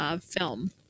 film